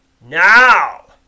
Now